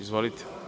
Izvolite.